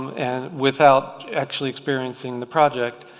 and without actually experiencing the project